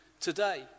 today